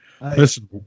Listen